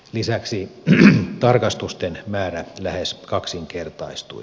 lisäksi tarkastusten määrä lähes kaksinkertaistui